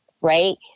right